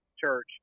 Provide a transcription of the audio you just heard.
church